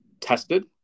tested